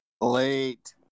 Late